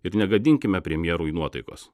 ir negadinkime premjerui nuotaikos